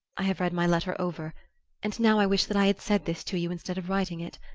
i have read my letter over and now i wish that i had said this to you instead of writing it.